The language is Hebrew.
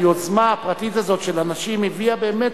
היוזמה הפרטית הזאת של אנשים הביאה באמת